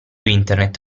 internet